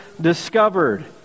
discovered